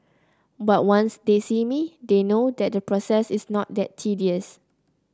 but once they see me they know that the process is not that tedious